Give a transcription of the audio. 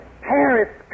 Paris